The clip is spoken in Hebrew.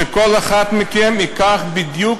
שכל אחד מכם ייקח בדיוק,